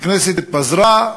הכנסת התפזרה,